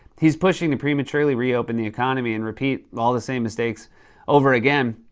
he's pushing to prematurely reopen the economy and repeat all the same mistakes over again.